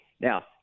Now